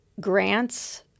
grants